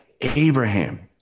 Abraham